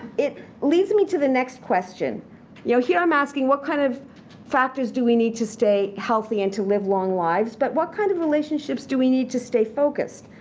it leads me to the next question you know here i'm asking what kind of factors do we need to stay healthy and to live long lives, but what kind of relationships do we need to stay focused,